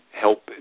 help